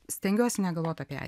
stengiuosi negalvot apie